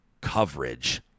coverage